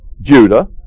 Judah